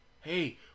Hey